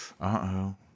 Uh-oh